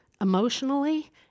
emotionally